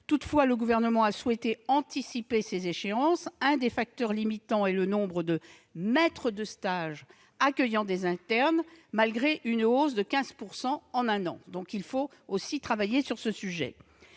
Toutefois, le Gouvernement a souhaité anticiper ces échéances. L'un des facteurs limitants est le nombre de maîtres de stage accueillant des internes, malgré une hausse de 15 % en un an. Il faut donc aussi travailler sur ce sujet.